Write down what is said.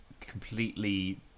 completely